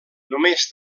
només